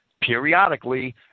periodically